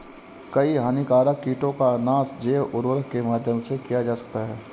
कई हानिकारक कीटों का नाश जैव उर्वरक के माध्यम से किया जा सकता है